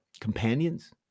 Companions